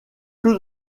tout